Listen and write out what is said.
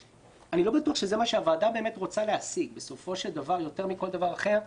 לא בטוח שזה מה שהוועדה רוצה להשיג בסופו של דבר יותר מכל דבר אחר.